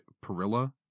Perilla